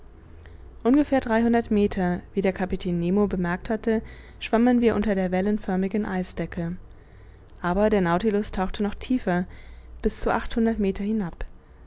ungefähr dreihundert meter wie der kapitän nemo bemerkt hatte schwammen wir unter der wellenförmigen eisdecke aber der nautilus tauchte noch tiefer bis zu achthundert meter hinab